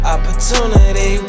Opportunity